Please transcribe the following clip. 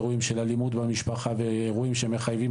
אירועים של אלימות במשפחה ואירועים שמחייבים